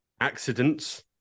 accidents